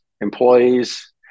employees